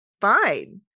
fine